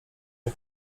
tak